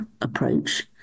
approach